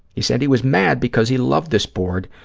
he said he was mad because he loved this board.